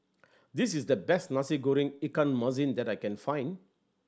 this is the best Nasi Goreng ikan masin that I can find